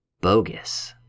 bogus